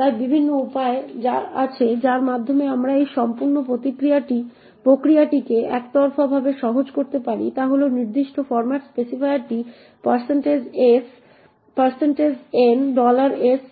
তাই বিভিন্ন উপায় আছে যার মাধ্যমে আমরা এই সম্পূর্ণ প্রক্রিয়াটিকে একতরফাভাবে সহজ করতে পারি তা হল এই নির্দিষ্ট ফরম্যাট স্পেসিফায়ারটি Ns